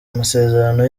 amasezerano